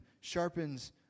sharpens